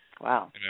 Wow